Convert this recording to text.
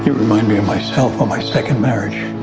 remind me of myself on my second marriage